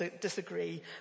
disagree